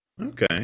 Okay